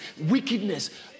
wickedness